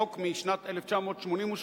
החוק משנת 1988,